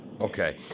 Okay